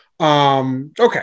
Okay